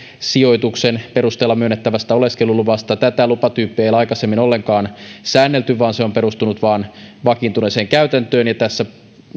sijoituksen perusteella myönnettävästä oleskeluluvasta tätä lupatyyppiä ei ole aikaisemmin ollenkaan säännelty vaan se on perustunut vain vakiintuneeseen käytäntöön ja tässä